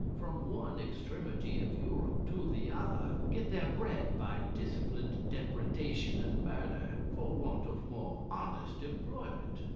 from one extremity of europe to the other, get their bread by disciplined depredation and murder, for want of more honest employment.